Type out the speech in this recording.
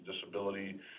disability